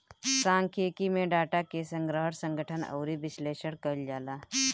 सांख्यिकी में डाटा के संग्रहण, संगठन अउरी विश्लेषण कईल जाला